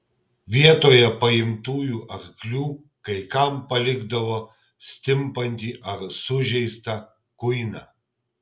vietoje paimtųjų arklių kai kam palikdavo stimpantį ar sužeistą kuiną